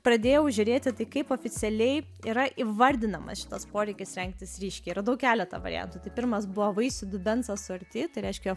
pradėjau žiūrėti tai kaip oficialiai yra įvardinamas šitas poreikis rengtis ryškiai radau keletą variantų tai pirmas buvo vaisių dubens asorti tai reiškia